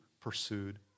pursued